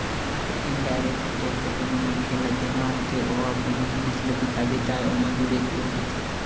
indirect tax कोनो मनखे ल देना होथे ओहा कोनो जिनिस ल बिसाबे त ओमा जुड़े होय रहिथे